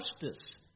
justice